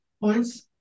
points